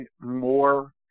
more